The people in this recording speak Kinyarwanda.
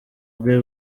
bwe